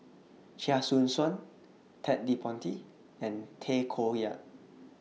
Chia Choo Suan Ted De Ponti and Tay Koh Yat